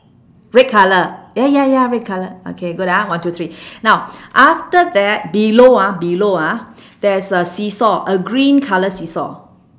red colour ya ya ya red colour okay good ah one two three now after that below ah below ah there's a seasaw a green colour seasaw